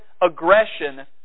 aggression